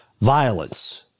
violence